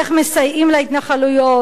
איך מסייעים להתנחלויות,